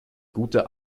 gute